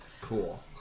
Cool